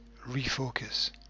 refocus